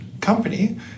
company